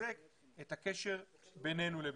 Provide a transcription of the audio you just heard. לחזק את הקשר בינינו לבינם.